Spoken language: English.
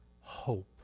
hope